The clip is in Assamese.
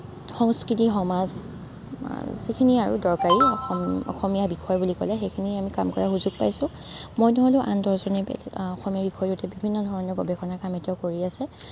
সংস্কৃতি সমাজ যিখিনি আৰু দৰকাৰী অসমীয়া বিষয় বিলি ক'লে সেইখিনি আমি কাম কৰা সুযোগ পাইছোঁ মোৰ ধৰণে আন দহজনে অসমীয়া বিষয়টোত গৱেষণাৰ কাম কৰি আছে